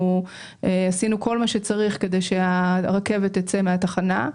עשינו כל מה שצריך כדי שהרכבת תצא מהתחנה.